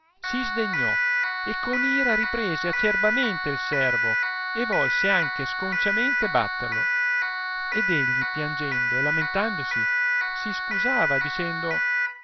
si sdegnò e con ira riprese acerbamente il servo e volse anco sconciamente batterlo ed egli piangendo e lamentandosi si scusava dicendo